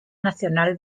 nacional